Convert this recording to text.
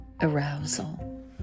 Arousal